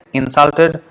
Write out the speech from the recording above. insulted